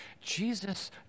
Jesus